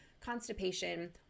constipation